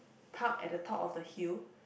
park at the top of the hill